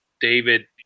David